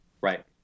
Right